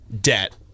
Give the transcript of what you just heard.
debt